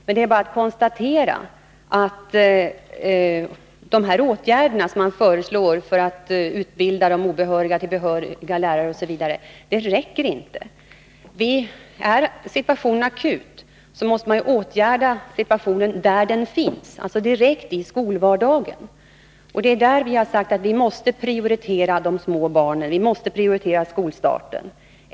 Men det är bara att konstatera att de åtgärder som föreslås, att utbilda de obehöriga till behöriga osv., inte räcker. Är situationen akut, måste man åtgärda den där den finns, alltså direkt i skolvardagen. Det är där vi har sagt att vi måste prioritera de små barnen, vi måste prioritera skolstarten.